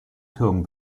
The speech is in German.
türmen